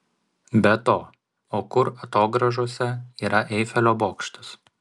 be to o kur atogrąžose yra eifelio bokštas